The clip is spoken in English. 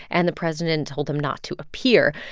and the president told them not to appear.